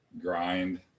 grind